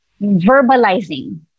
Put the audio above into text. verbalizing